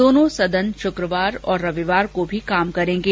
दोनों सदन शुक्रवार और रविवार को भी काम करेंगे